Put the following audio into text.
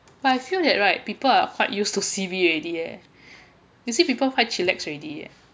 but I feel that right people are quite used to C_B already eh you see people quite chillax already eh